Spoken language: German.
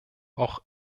auch